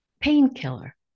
painkiller